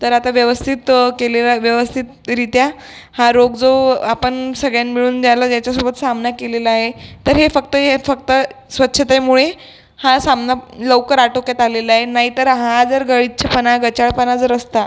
तर आता व्यवस्थित केलेला व्यवस्थितरित्या हा रोग जो आपण सगळ्यांनी मिळून याला त्याच्यासोबत सामना केलेला आहे तर हे फक्त हे फक्त स्वच्छतेमुळे हा सामना लवकर आटोक्यात आलेला आहे नाहीतर हा जर गलिच्छपणा गचाळपणा जर असता